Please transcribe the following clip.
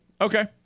okay